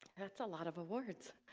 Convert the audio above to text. that's a lot of awards